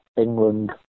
England